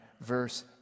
verse